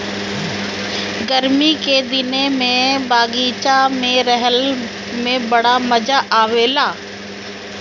गरमी के दिने में बगीचा में रहला में बड़ा मजा आवेला